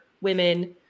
women